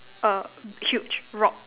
err huge rock